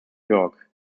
york